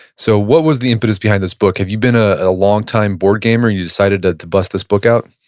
so what was the impetus behind this book? have you been a ah long time board gamer and you decided ah to bust this book out?